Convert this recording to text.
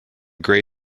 gray